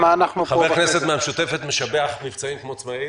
חבר כנסת מן הרשימה המשותפת משבח מבצעיים כמו-צבאיים